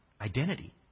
identity